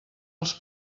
els